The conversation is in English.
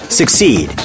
succeed